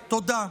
תודה.